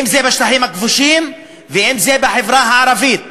אם בשטחים הכבושים ואם בחברה הערבית.